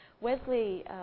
Wesley